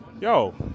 yo